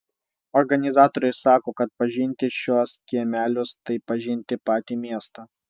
organizatoriai sako kad pažinti šiuos kiemelius tai pažinti patį miestą